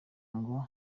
ngo